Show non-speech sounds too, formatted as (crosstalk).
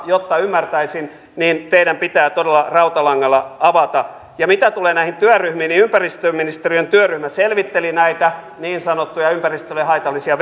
joka jotta ymmärtäisin teidän pitää todella rautalangalla avata mitä tulee näihin työryhmiin niin ympäristöministeriön työryhmä selvitteli näitä niin sanottuja ympäristölle haitallisia (unintelligible)